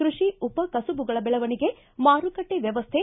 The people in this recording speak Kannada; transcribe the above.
ಕೃಷಿ ಉಪ ಕಸುಬುಗಳ ವೆಳವಣಿಗೆ ಮಾರುಕಟ್ಟೆ ವ್ಯವಸ್ಥೆ